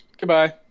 goodbye